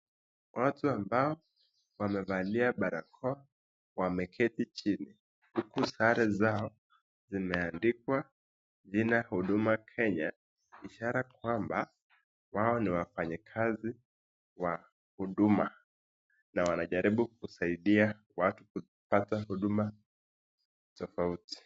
Watu ambao wamevalia barakoa wameketi chini huku sare zao zimeandikwa jina huduma kenya ,ishara kwamba wao ni wafanyikazi wa huduma na wanajaribu kusadia watu kupata huduma tofauti.